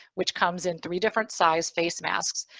which comes in three different sized face masks,